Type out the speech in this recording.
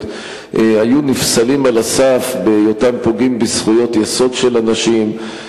היו נפסלים על הסף בהיותם פוגעים בזכויות יסוד של אנשים,